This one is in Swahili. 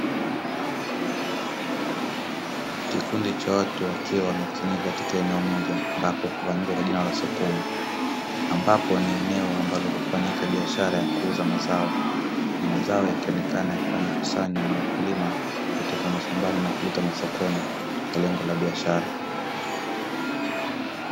Kikundi cha watu wakiwa wamekusanyika katika eneo moja, ambapo hufaamika kwa jina la sokoni ambapo ni eneo ambalo hufanyika biashara ya kuuza mazao, na mazao yakionekana yalikuwa yamekusanywa na wakulima kutoka mashambani na kuleta masokoni kwa lengo la biashara